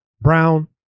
brown